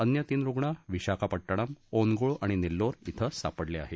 अन्य तीन रुग्ण विशाखापट्टण ओनगोळ आणि नेल्लोर इथं सापडले आहेत